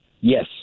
Yes